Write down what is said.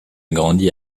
grandi